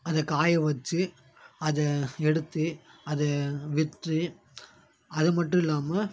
அதை காய வச்சு அதை எடுத்து அதை விற்று அது மட்டும் இல்லாமல்